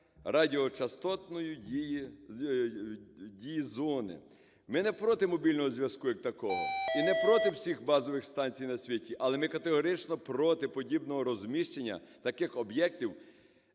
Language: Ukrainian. радіочастотної дії зони. Ми не проти мобільного зв'язку як такого і не проти всіх базових станцій на світі, але ми категорично проти подібного розміщення таких об'єктів,